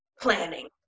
Planning